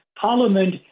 Parliament